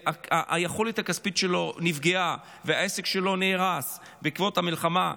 והיכולת הכספית שלו נפגעה והעסק שלו נהרס בעקבות המלחמה,